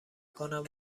کنم